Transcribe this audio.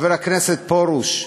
חבר הכנסת פרוש,